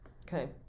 Okay